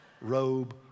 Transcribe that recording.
robe